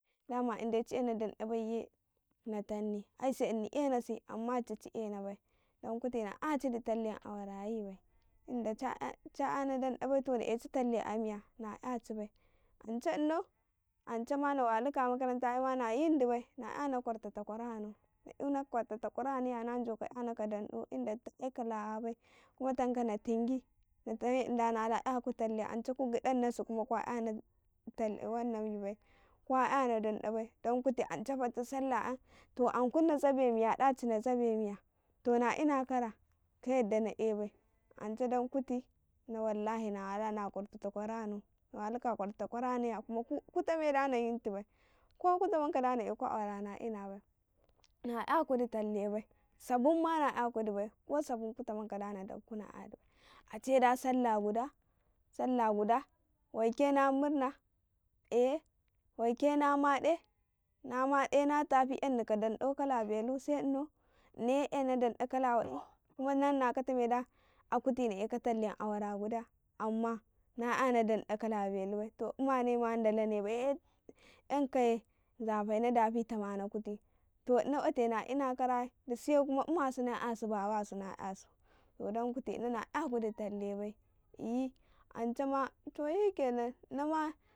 ﻿Dama indai ci ena danɗa baiye na tanni ai sai ini enasi amma dici ci ena bai dan kuti na yacidi talle ma awarayi bai tunda ca yanadanɗa bai to na eci talle a miya na yaci bai, ance unau ance ma na waluka makarantama na yindi bai na yana kwarta takwarano na eunako kwarta takwaranaye na jauka yanaka dandau inda dita ai ka lawa baikuma tanka na tin gi natame nada nalayaku talle ance ku gidannasi kuma kwa yano wannan yi bai kuyana danɗabai dan kuti ance fatta yan to ankun na zabe miya ɗaci nazabe miya to na ina kara ka hyadda na ebai ance dan kuti ina wallahi na walana a kwar ta takwaranau na waluka a kwarta takwarana ya kutame da na yintibai ko ku tamanka da na eku awara na inabai na yakudi talle bai sabun ma na yakudi bai ko sabun ma na bakudi bai ko sa bun ku tamankama na yadi bai da ace da sallah guda sallah guda waikena murna eye waike na made, na made na tafi yanni ka dan ɗau kala belu se inau inaye yanna da ɗa kala wadi kunaa nanakatame da kuti na eka talle ma awara guda amma na yana danda kala belu bai, to ummanai ma dalane bai he yankaye nzafena dafi tamakuti to ina ote na ina kara dusuye ummasu na yasu babasu na yasu to dan kuti inaye na yakudi tallebai eyi ancema to hikenan ina ma.